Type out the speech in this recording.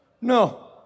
No